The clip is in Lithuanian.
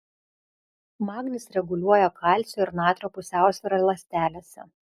magnis reguliuoja kalcio ir natrio pusiausvyrą ląstelėse